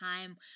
time